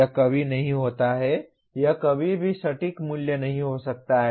यह कभी नहीं होता है यह कभी भी सटीक मूल्य नहीं हो सकता है